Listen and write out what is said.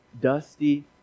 dusty